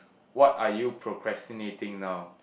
what are you procrastinating now